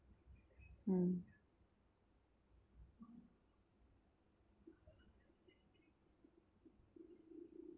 mm